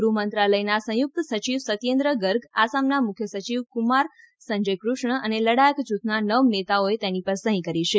ગૃહમંત્રાલયના સંયુક્ત સચિવ સત્યેન્દ્ર ગર્ગ આસામના મુખ્ય સચિવ કુમાર સંજયકૃષ્ણ અને લડાયક જૂથના નવ નેતાઓએ તેની પર સહી કરી છે